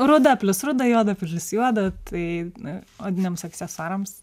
ruda plius ruda juoda plius juoda taip na odiniams aksesuarams